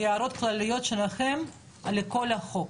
הערות כלליות שלכם על כל החוק.